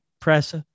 press